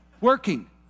working